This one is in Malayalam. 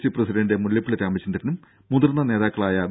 സി പ്രസിഡന്റ് മുല്ലപ്പള്ളി രാമചന്ദ്രനും മുതിർന്ന നേതാക്കളായ വി